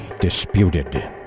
disputed